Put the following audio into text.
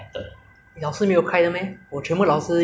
at least 他们必须要开的应该他们在教书 ah